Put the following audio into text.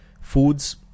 foods